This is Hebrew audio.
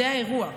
זה האירוע.